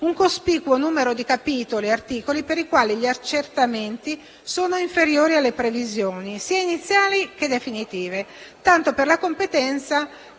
un cospicuo numero di capitoli e articoli per i quali gli accertamenti sono inferiori alle previsioni, sia iniziali che definitive, tanto per la competenza